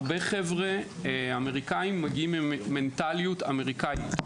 הרבה חבר'ה אמריקנים מגיעים עם מנטליות אמריקנית.